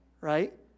right